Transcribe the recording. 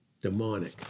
Demonic